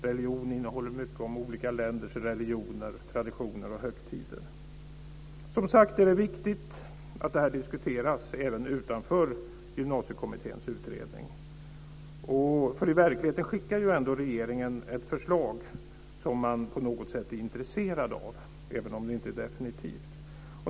Religion innehåller mycket om olika länders religioner, traditioner och högtider. Det är som sagt viktigt att detta diskuteras även utanför Gymnasiekommitténs utredning. I verkligheten skickar ju ändå regeringen ett förslag som man på något sätt är intresserad av, även om det inte är definitivt.